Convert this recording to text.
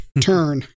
turn